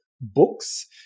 books